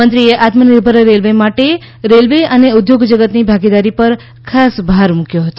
મંત્રીએ આત્મનિર્ભર રેલવે માટે રેલવે અને ઉદ્યોગ જગતની ભાગીદારી પર ખાસ ભાર મુકયો હતો